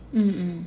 mm